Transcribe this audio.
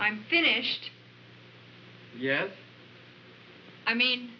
i'm finished yes i mean